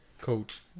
coach